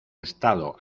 estado